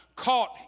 caught